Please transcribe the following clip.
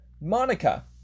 Monica